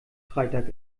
freitag